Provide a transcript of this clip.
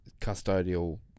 custodial